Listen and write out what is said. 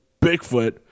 Bigfoot